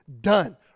Done